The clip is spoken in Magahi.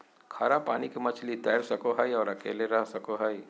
खारा पानी के मछली तैर सको हइ और अकेले रह सको हइ